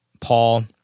Paul